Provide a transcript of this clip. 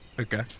Okay